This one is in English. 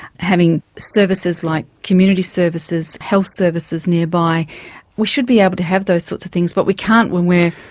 having services like community services, health services nearby we should be able to have those sorts of things but we can't when we are,